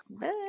Bye